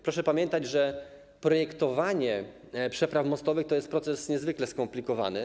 Proszę pamiętać, że projektowanie przepraw mostowych to jest proces niezwykle skomplikowany.